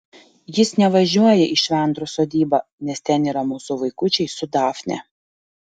jis nevažiuoja į švendrų sodybą nes ten yra mūsų vaikučiai su dafne